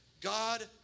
God